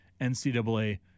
NCAA